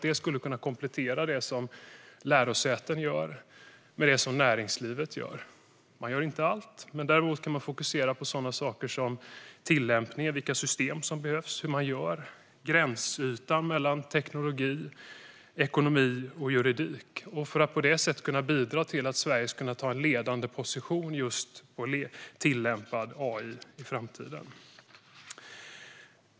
Det skulle kunna komplettera det som lärosäten och näringsliv gör. Man gör inte allt, men man kan fokusera på saker som tillämpning, vilka system som behövs, hur man gör och gränsytan mellan teknologi, ekonomi och juridik. På det sättet skulle man kunna bidra till att Sverige kan ta en ledande position när det gäller tillämpad AI i framtiden.